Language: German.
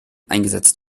eingesetzt